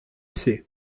c’est